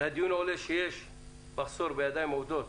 מהדיון עולה שיש מחסור בידיים עובדות